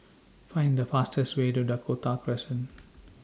Find The fastest Way to Dakota Crescent